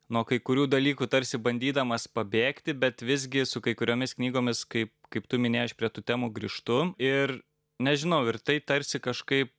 nuo kai kurių dalykų tarsi bandydamas pabėgti bet visgi su kai kuriomis knygomis kaip kaip tu minėjai aš prie tų temų grįžtu ir nežinau ir tai tarsi kažkaip